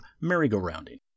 merry-go-rounding